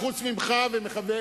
בממשל הישראלי,